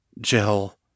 Jill